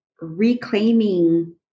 reclaiming